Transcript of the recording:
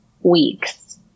weeks